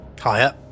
Higher